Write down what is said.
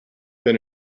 been